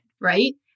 right